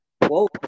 whoa